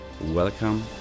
Welcome